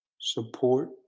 support